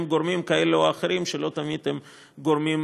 גורמים כאלה או אחרים שלא תמיד הם גורמים